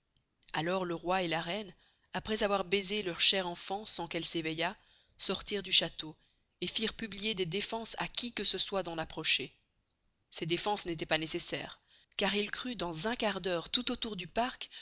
alors le roi et la reine aprés avoir baisé leur chere enfant sans qu'elle s'éveillast sortirent du chasteau et firent publier des deffenses à qui que ce soit d'en approcher ces deffenses n'estoient pas necessaires car il crut dans un quart d'heure tout au tour du parc